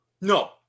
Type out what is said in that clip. No